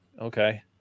okay